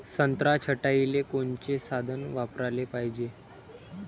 संत्रा छटाईले कोनचे साधन वापराले पाहिजे?